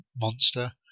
monster